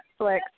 Netflix